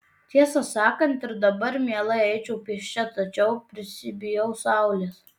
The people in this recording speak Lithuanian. tiesą sakant ir dabar mielai eičiau pėsčia tačiau prisibijau saulės